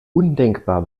undenkbar